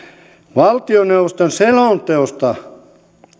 valtioneuvoston selonteosta